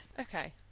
okay